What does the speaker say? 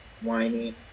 whiny